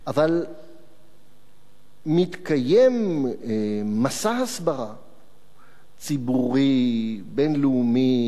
אבל מתקיים מסע הסברה ציבורי, בין-לאומי,